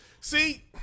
See